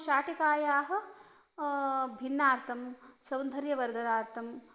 शाटिकायाः भिन्नार्थं सौन्दर्यवर्धनार्थम्